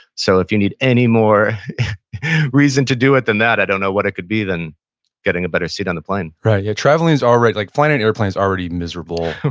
so if you need any more reason to do it than that, i don't know what it could be than getting a better seat on the plane yeah traveling is already, like flying in and airplane is already miserable,